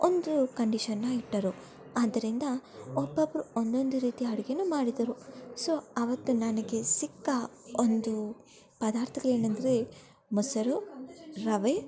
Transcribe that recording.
ಒಂದು ಕಂಡೀಷನನ್ನ ಇಟ್ಟರು ಆದ್ದರಿಂದ ಒಬ್ಬೊಬ್ಬರು ಒಂದೊಂದು ರೀತಿಯ ಅಡುಗೇನು ಮಾಡಿದರು ಸೊ ಆವತ್ತು ನನಗೆ ಸಿಕ್ಕ ಒಂದು ಪದಾರ್ಥಗಳೇನಂದರೆ ಮೊಸರು ರವೆ